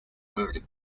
heard